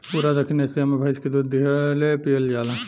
पूरा दखिन एशिया मे भइस के दूध ढेरे पियल जाला